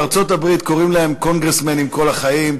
בארצות-הברית קוראים להם congressman כל החיים,